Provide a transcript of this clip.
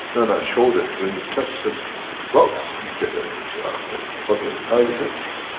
and i showed it, when you touch the plugs, you get energy out of it. but inside it's empty.